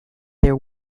their